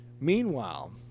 Meanwhile